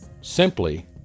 Simply